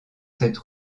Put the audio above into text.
cette